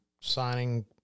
signing